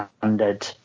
standard